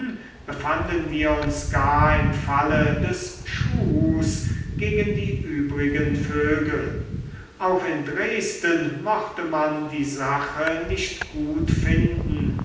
befanden wir uns gar im falle der schuhus gegen die übrigen vögel auch in dresden mochte man die sache nicht gut finden